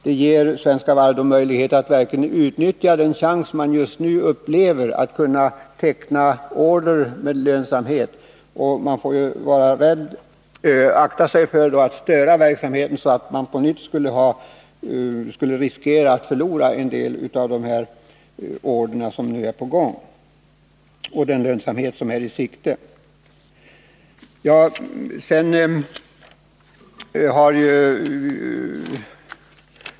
Det ger Svenska Varv en möjlighet att verkligen ta vara på den chans man nu upplever att man har när det gäller att kunna teckna order med lönsamhet. Man får akta sig så att man inte stör verksamheten. Då riskerar företaget att på nytt förlora en del av de order som nu är på gång och att gå miste om den lönsamhet som nu är i sikte.